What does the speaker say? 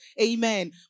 Amen